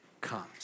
comes